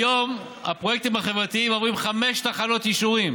היום הפרויקטים החברתיים עוברים חמש תחנות אישורים,